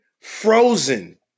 frozen